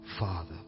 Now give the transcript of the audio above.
father